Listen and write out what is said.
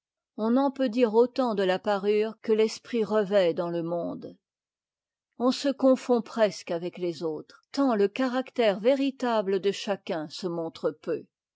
on en peut dire autant de la parure que l'esprit revêt dans le monde on se confond presque avec les autres tant le caractère véritable de chacun se montre peu